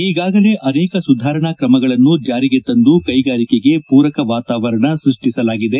ಈಗಾಗಲೇ ಅನೇಕ ಸುಧಾರಣಾ ಕ್ರಮಗಳನ್ನು ಜಾರಿಗೆ ತಂದು ಕೈಗಾರಿಕೆಗೆ ಪೂರಕ ವಾತಾವರಣ ಸೃಷ್ಷಿಸಲಾಗಿದೆ